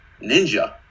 ninja